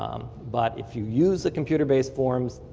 um but if you use the computer based forms,